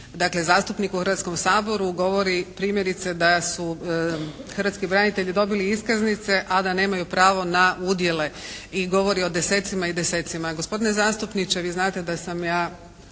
dakle zastupnik u Hrvatskom saboru govori primjerice da su hrvatski branitelji dobili iskaznice a da nemaju pravo na udjele i govori o desecima i desecima. Gospodine zastupniče! Vi znate da sam ja